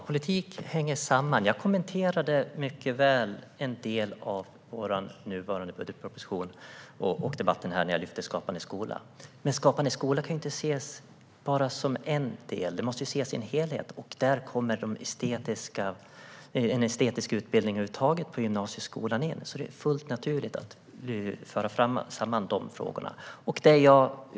Herr talman! Politik hänger samman. Jag kommenterade en del av vår nuvarande budgetproposition i debatten när jag lyfte upp frågan om Skapande skola. Men Skapande skola kan inte ses som bara en del utan måste ses i en helhet. Där kommer en estetisk utbildning på gymnasieskolan in. Det är fullt naturligt att föra samman de frågorna.